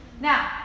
Now